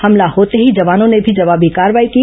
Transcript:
हमला होते ही जवानों ने भी जवाबी कार्रवाई की